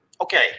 okay